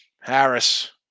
Harris